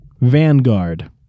Vanguard